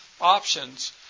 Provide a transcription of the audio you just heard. options